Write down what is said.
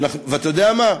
ואתה יודע מה,